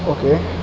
okay